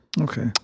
Okay